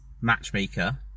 matchmaker